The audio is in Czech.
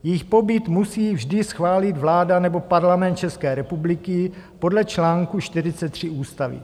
Jejich pobyt musí vždy schválit vláda nebo Parlament České republiky podle článku 43 ústavy.